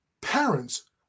parents